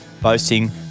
boasting